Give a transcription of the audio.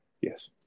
Yes